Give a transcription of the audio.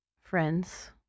friends